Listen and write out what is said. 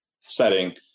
setting